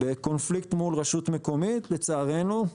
בקונפליקט מול רשות מקומית, לצערנו,